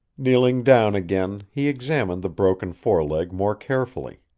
kneeling down again he examined the broken foreleg more carefully.